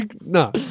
No